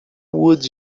would